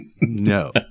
No